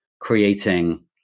creating